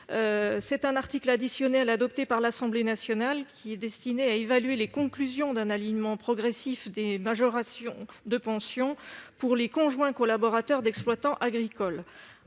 d'un amendement adopté par l'Assemblée nationale visant à évaluer les conclusions d'un alignement progressif des majorations de pension pour les conjoints collaborateurs d'exploitants agricoles.